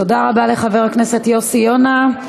תודה רבה לחבר הכנסת יוסי יונה.